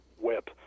whip